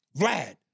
Vlad